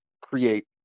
create